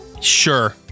Sure